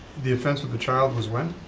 the offense of the child was when?